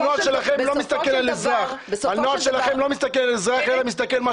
הנוהג שלכם לא מסתכל על אזרח אלא מסתכל על מה